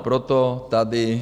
Proto tady...